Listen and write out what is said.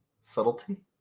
Subtlety